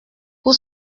pour